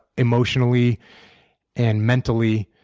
emotionally and mentally,